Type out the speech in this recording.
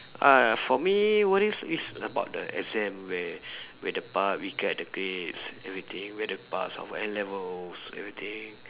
uh for me worries is about the exam where where the part we get the grades everything whether pass our N-levels everything